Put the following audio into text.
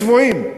צבועים,